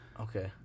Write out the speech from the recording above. Okay